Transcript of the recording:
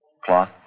Cloth